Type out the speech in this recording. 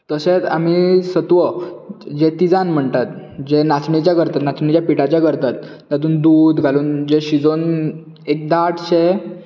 तशेंच आमी सत्व जें तिझान म्हणटात जें नाचण्यांच्या पिटाचें करतात तातूंत दूद घालून तें शिजोवन एक दाट शें